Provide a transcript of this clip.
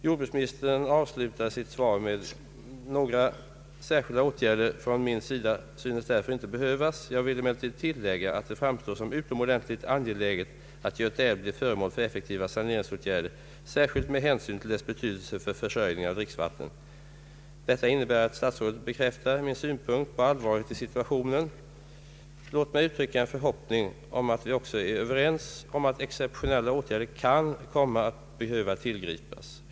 Jordbruksministern = avslutade = sitt svar med följande uttalande: ”Några särskilda åtgärder från min sida synes därför inte behövas. Jag vill emellertid tillägga att det framstår som utomordentligt angeläget att Göta älv blir föremål för effektiva saneringsåtgärder särskilt med hänsyn till dess betydelse för försörjningen av dricksvatten.” Detta innebär att statsrådet bekräftar min ståndpunkt att situationen är allvarlig. Låt mig uttrycka en förhoppning om att vi också är överens om att exceptionella åtgärder kan komma att behöva tillgripas.